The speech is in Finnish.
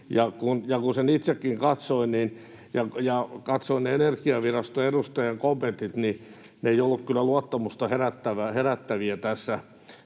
Kun sen itsekin katsoin ja katsoin Energiaviraston edustajan kommentit, niin ne eivät olleet kyllä luottamusta herättäviä tässä